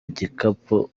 igikapu